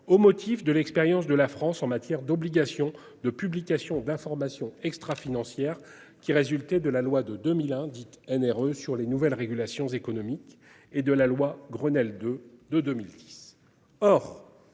au motif de l'expérience de la France en matière d'obligation de publication d'informations extra-financière qui résultait de la loi de 2001, dite NRE sur les nouvelles régulations économiques et de la loi Grenelle 2 de 2010.